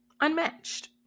unmatched